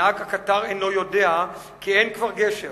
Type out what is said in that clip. נהג הקטר אינו יודע כי אין כבר גשר.